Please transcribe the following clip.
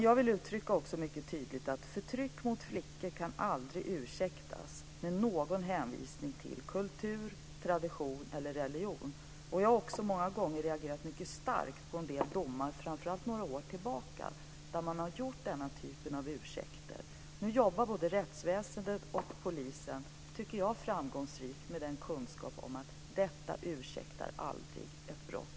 Jag vill också mycket tydligt understryka att förtryck mot flickor aldrig kan ursäktas med någon hänvisning till kultur, tradition eller religion. Jag har många gånger reagerat mycket starkt på en del domar, framför allt några år tillbaka, där man har gjort den typen av ursäkter. Jag tycker att både rättsväsendet och polisen nu arbetar framgångsrikt med en kunskap om att sådana hänvisningar aldrig ursäktar ett brott.